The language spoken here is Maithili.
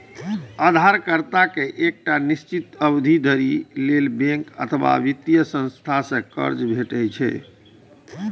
उधारकर्ता कें एकटा निश्चित अवधि धरि लेल बैंक अथवा वित्तीय संस्था सं कर्ज भेटै छै